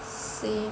same